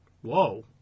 Whoa